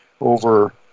over